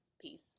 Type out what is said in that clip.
Peace